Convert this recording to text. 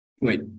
Wait